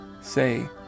say